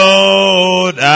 Lord